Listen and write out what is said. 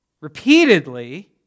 Repeatedly